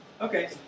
Okay